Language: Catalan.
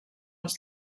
els